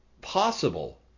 possible